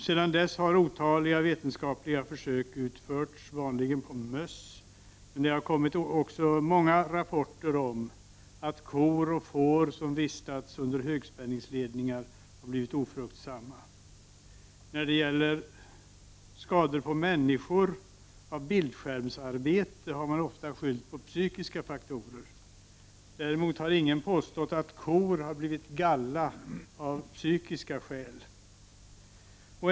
Sedan dess har otaliga vetenskapliga försök utförts, vanligen på möss, men det har också kommit många rapporter om att kor och får som vistats under högspänningsledningar har blivit ofruktsamma. När det gäller skador på människor av bildskärmsarbete har man ofta skyllt på psykiska faktorer. Däremot har ingen påstått att kor har blivit galla av psykiska skäl.